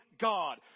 god